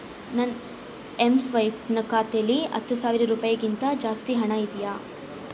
ನನ್ನ ಎಂ ಸ್ವೈಪ್ನ ಖಾತೆಲಿ ಹತ್ತು ಸಾವಿರ ರೂಪಾಯಿಗಿಂತ ಜಾಸ್ತಿ ಹಣ ಇದೆಯಾ